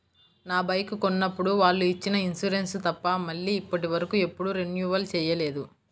నా బైకు కొన్నప్పుడు వాళ్ళు ఇచ్చిన ఇన్సూరెన్సు తప్ప మళ్ళీ ఇప్పటివరకు ఎప్పుడూ రెన్యువల్ చేయలేదు